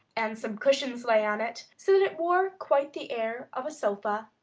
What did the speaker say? and some cushions lay on it, so that it wore quite the air of a sofa.